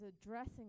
addressing